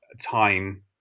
time